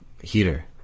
heater